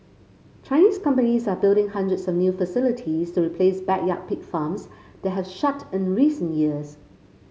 Chinese companies are building hundreds of new facilities to replace backyard pig farms that have shut in recent years